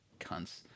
Cunts